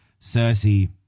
Cersei